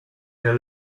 their